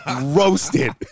roasted